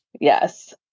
Yes